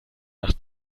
nach